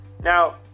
Now